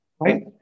right